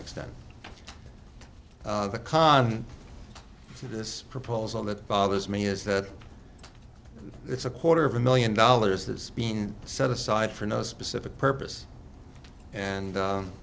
extent the con this proposal that bothers me is that it's a quarter of a million dollars that's been set aside for no specific purpose and